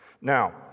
now